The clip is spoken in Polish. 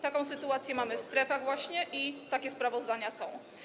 Taką sytuację mamy w strefach właśnie, takie sprawozdania są.